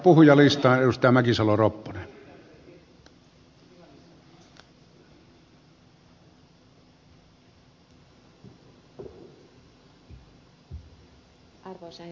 arvoisa herra puhemies